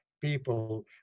people